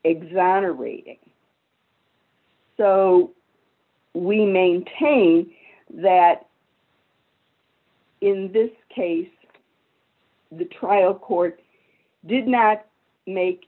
exonerating so we maintain that in this case the trial court did not make